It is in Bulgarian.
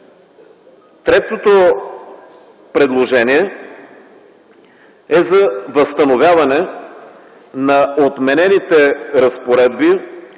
Третото предложение е за възстановяване на отменените разпоредби